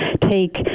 take